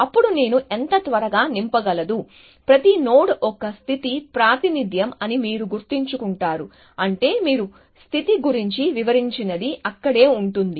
అప్పుడు నేను ఎంత త్వరగా నింపగలదు ప్రతి నోడ్ ఒక స్థితికి ప్రాతినిధ్యం అని మీరు గుర్తుంచుకుంటారు అంటే మీరు స్థితి గురించి వివరించినది అక్కడే ఉంటుంది